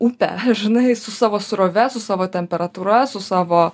upę žinai su savo srove su savo temperatūra su savo